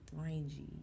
Rangy